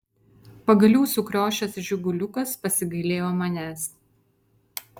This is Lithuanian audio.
pagaliau sukriošęs žiguliukas pasigailėjo manęs